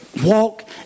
walk